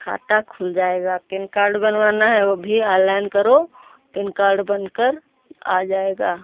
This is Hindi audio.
खाता खुल जाएगा पैन कार्ड बनवाना है वह भी ऑनलाइन करो पैन कार्ड बनकर आ जाएगा